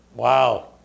Wow